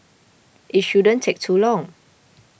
it shouldn't take too long